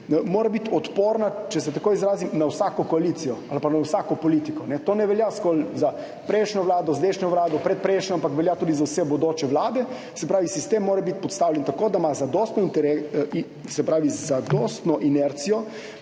mora biti odporna, če se tako izrazim, na vsako koalicijo ali pa na vsako politiko. To ne velja zgolj za prejšnjo vlado, zdajšnjo vlado, pred prejšnjo, ampak velja tudi za vse bodoče vlade. Sistem mora biti postavljen tako, da ima zadostno interes